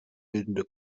bildende